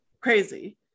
crazy